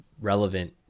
relevant